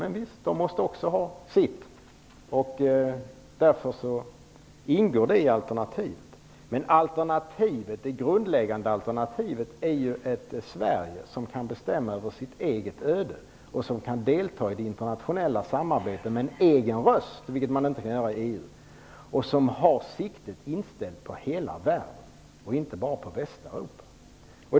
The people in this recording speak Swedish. Men visst måste den också ha sitt, och därför ingår det i alternativet. Det grundläggande alternativet är ett Sverige som kan bestämma över sitt eget öde och som kan delta i det internationella samarbetet med en egen röst, vilket man inte kan göra i EU, och som har siktet inställt på hela världen och inte bara på Västeuropa.